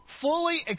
fully